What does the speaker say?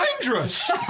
dangerous